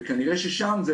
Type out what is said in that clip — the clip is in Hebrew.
וכנראה ששם,